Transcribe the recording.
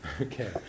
Okay